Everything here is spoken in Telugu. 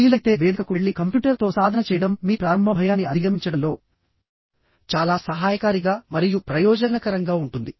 వీలైతే వేదికకు వెళ్లి కంప్యూటర్ తో సాధన చేయడం మీ ప్రారంభ భయాన్ని అధిగమించడంలో చాలా సహాయకారిగా మరియు ప్రయోజనకరంగా ఉంటుంది